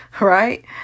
Right